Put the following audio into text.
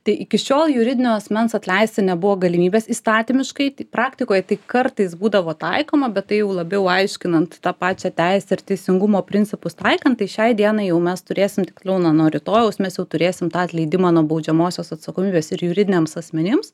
tai iki šiol juridinio asmens atleisti nebuvo galimybės įstatymiškai tai praktikoje tai kartais būdavo taikoma bet tai labiau aiškinant tą pačią teisę ir teisingumo principus taikant tai šiai dienai jau mes turėsim tiksliau nuo nuo rytojaus mes jau turėsim tą atleidimą nuo baudžiamosios atsakomybės ir juridiniams asmenims